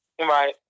Right